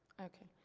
okay.